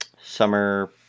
summer